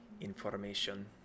Information